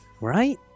right